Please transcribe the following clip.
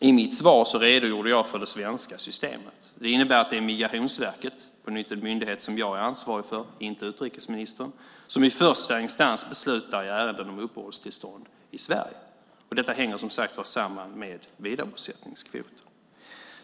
I mitt svar redogjorde jag för det svenska systemet. Det innebär att det är Migrationsverket, en myndighet som jag är ansvarig för, inte utrikesministern, som i första instans beslutar i ärenden om uppehållstillstånd i Sverige. Detta hänger som sagt samman med vidarebosättningskvoten.